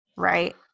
Right